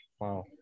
Wow